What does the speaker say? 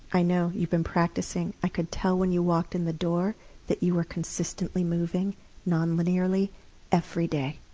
i know, you've been practicing, i could tell when you walked in the door that you were consistently moving non-linearly every day.